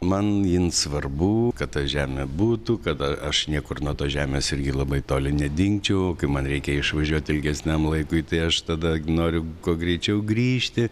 man jin svarbu kad tą žemė būtų kad a aš niekur nuo tos žemės irgi labai toli nedingčiau man reikia išvažiuot ilgesniam laikui tai aš tada noriu kuo greičiau grįžti